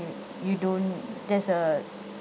you don't there's a